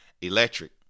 electric